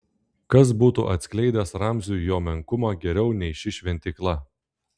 kas būtų atskleidęs ramziui jo menkumą geriau nei ši šventykla